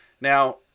Now